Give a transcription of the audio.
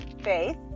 faith